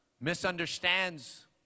misunderstands